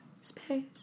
space